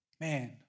man